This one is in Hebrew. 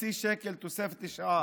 חצי שקל תוספת לשעה.